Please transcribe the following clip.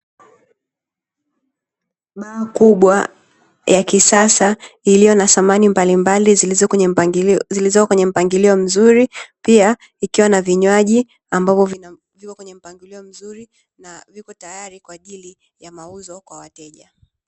Baa kubwa ya kisasa iliyo na samani mbalimbali zilizo kwenye mpangilio zilizoko kwenye mpangilio mzuri pia ikiwa na vinywaji ambavyo viko kwenye mpangilio mzuri na viko tayari kwa ajili ya mauzo kwa wateja